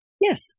Yes